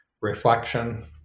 reflection